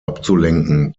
abzulenken